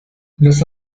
los